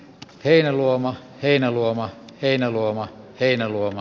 heinäluoma heinäluoma heinäluoma heinäluoma